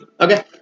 Okay